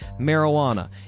marijuana